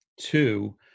two